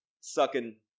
sucking